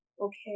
okay